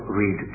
read